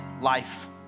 life